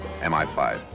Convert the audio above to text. MI5